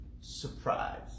surprise